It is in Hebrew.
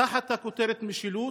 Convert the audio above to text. תחת הכותרת משילות.